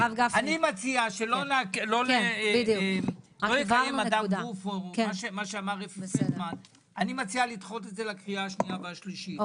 אני מציע ש-"לא יקיים אדם/גוף" לדחות את זה לקריאה השנייה והשלישית,